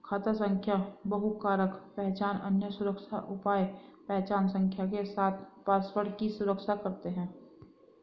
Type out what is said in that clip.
खाता संख्या बहुकारक पहचान, अन्य सुरक्षा उपाय पहचान संख्या के साथ पासवर्ड की सुरक्षा करते हैं